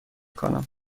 کنم